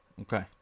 Okay